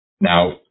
now